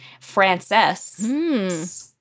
Frances